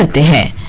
the